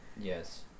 Yes